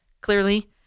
Clearly